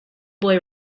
boy